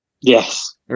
Yes